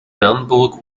bernburg